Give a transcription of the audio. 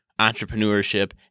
entrepreneurship